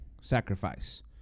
sacrifice